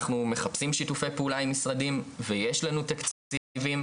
אנחנו מחפשים שיתופי פעולה עם משרדים ויש לנו תקציבים,